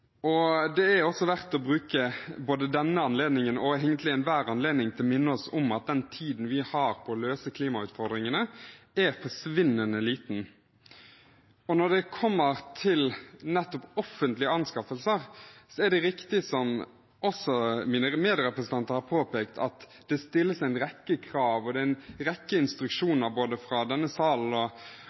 Det er også verdt å bruke både denne anledningen og egentlig enhver anledning til å minne oss om at den tiden vi har på å løse klimautfordringene, er forsvinnende liten. Når det kommer til nettopp offentlige anskaffelser, er det også riktig, som mine medrepresentanter har påpekt, at det stilles en rekke krav. Det er en rekke instruksjoner fra både denne salen